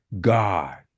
God